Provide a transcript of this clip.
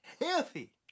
Healthy